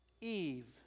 Eve